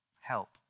Help